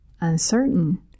uncertain